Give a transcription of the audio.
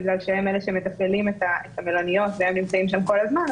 בגלל שהם אלה שמתפעלים את המלוניות והם נמצאים שם כל הזמן,